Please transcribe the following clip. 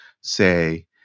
say